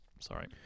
Sorry